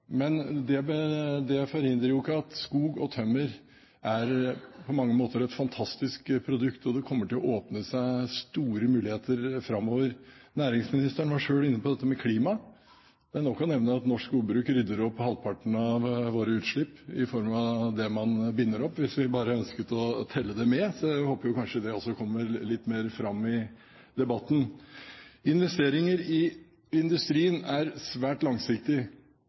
det forhindrer ikke at skog og tømmer på mange måter er et fantastisk produkt, og det kommer til å åpne seg store muligheter framover. Næringsministeren var selv inne på dette med klima. Det er nok å nevne at norsk skogbruk rydder opp i halvparten av våre utslipp i form av det man binder opp, hvis vi bare ønsket å telle det med. Så jeg håper kanskje det kommer litt mer fram i debatten. Investeringer i industrien er svært